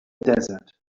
desert